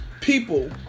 people